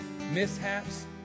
mishaps